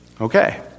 Okay